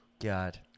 God